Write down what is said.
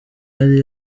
yari